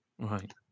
Right